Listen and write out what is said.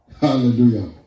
Hallelujah